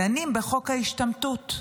דנים בחוק ההשתמטות.